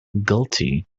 guilty